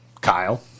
Kyle